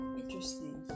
interesting